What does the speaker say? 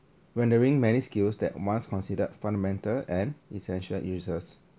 rendering many skills that once considered fundamental and essential useless